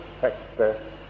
factor